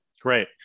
Great